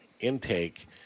intake